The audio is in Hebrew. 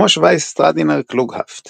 מוש וייס סטרטינר קלוגהפט